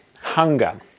hunger